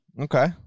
Okay